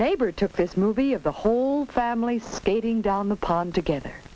neighbor took this movie of the whole family's skating down the pond together